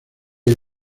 hay